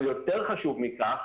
אבל יותר חשוב מכך,